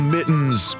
Mittens